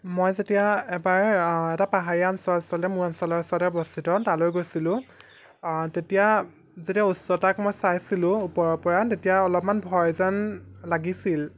মই যেতিয়া এবাৰ এটা পাহাৰীয়া অঞ্চল আচলতে মোৰ অঞ্চলৰ ওচৰতে অৱস্থিত তালৈ গৈছিলোঁ তেতিয়া যেতিয়া উচ্চতাক মই চাইছিলোঁ ওপৰৰ পৰা তেতিয়া অলপমান ভয় যেন লাগিছিল